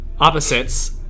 opposites